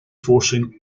forcing